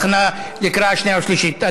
להכנה לקריאה שנייה ושלישית.